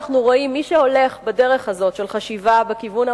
מי שהולך בדרך הזאת של חשיבה בכיוון המערבי,